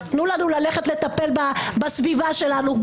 תנו לנו ללכת לטפל בסביבה שלנו,